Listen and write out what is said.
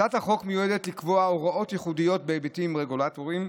הצעת החוק מיועדת לקבוע הוראות ייחודיות בהיבטים רגולטוריים